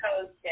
Coast